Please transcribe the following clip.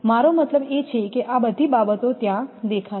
મારો મતલબ એ છે કે આ બધી બાબતો ત્યાં દેખાશે